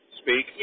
speak